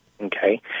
Okay